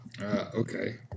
Okay